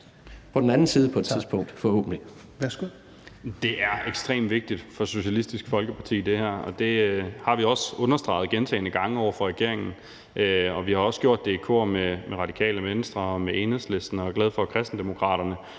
her er ekstremt vigtigt for Socialistisk Folkeparti, og det har vi også understreget gentagne gange over for regeringen, og vi har også gjort det i kor med Radikale Venstre og Enhedslisten, og jeg er glad for, at Kristendemokraterne